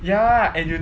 ya and you